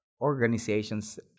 organizations